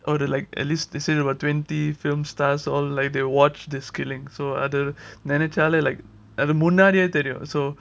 oh the like at least they say about twenty film stars all like they watch this killing so அது நினைச்சாலே:adha ninaichalae like அது முன்னாடியே தெரியும்:adhu munnaadiyae theriyum so